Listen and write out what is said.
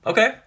Okay